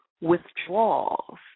withdrawals